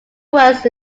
works